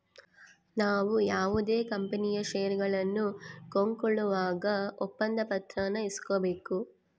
ನಾವು ಯಾವುದೇ ಕಂಪನಿಯ ಷೇರುಗಳನ್ನ ಕೊಂಕೊಳ್ಳುವಾಗ ಒಪ್ಪಂದ ಪತ್ರಾನ ಇಸ್ಕೊಬೇಕು